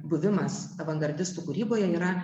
buvimas avangardistų kūryboje yra